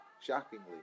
Shockingly